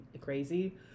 crazy